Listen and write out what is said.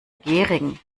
gehring